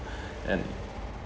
and